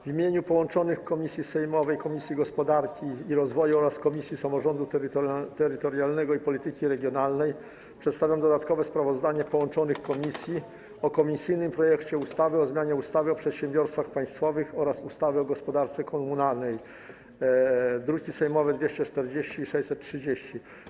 W imieniu połączonych komisji: sejmowej Komisji Gospodarki i Rozwoju oraz Komisji Samorządu Terytorialnego i Polityki Regionalnej przedstawiam dodatkowe sprawozdanie połączonych komisji o komisyjnym projekcie ustawy o zmianie ustawy o przedsiębiorstwach państwowych oraz ustawy o gospodarce komunalnej, druki sejmowe nr 240 i 630.